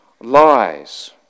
lies